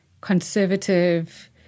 conservative